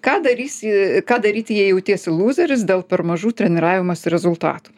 ką darysi ką daryti jei jautiesi lūzeris dėl per mažų treniravimosi rezultatų